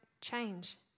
change